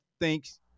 Thanks